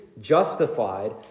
justified